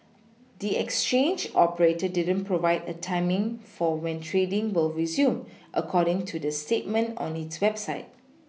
the exchange operator didn't provide a timing for when trading will resume according to the statement on its website